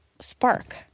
spark